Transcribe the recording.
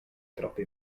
troppa